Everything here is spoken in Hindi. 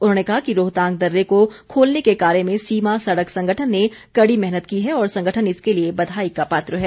उन्होंने कहा कि रोहतांग दर्रे को खोलने के कार्य में सीमा सड़क संगठन ने कड़ी मेहनत की है और संगठन इसके लिए बधाई का पात्र है